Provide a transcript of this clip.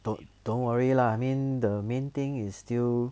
don't don't worry lah I mean the main thing is still